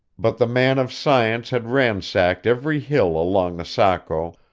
but the man of science had ransacked every hill along the saco,